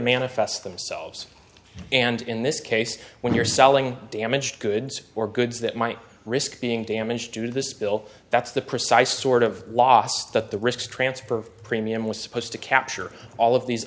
manifest themselves and in this case when you're selling damaged goods or goods that might risk being damaged to this bill that's the precise sort of loss that the risks transfer premium was supposed to capture all of these